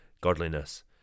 godliness